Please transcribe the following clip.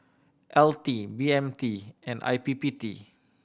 L T B M T and I P P T